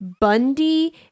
Bundy